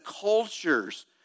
cultures